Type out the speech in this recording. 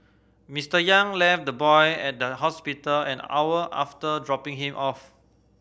Mister Yang left the boy at the hospital an hour after dropping him off